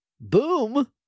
Boom